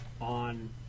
on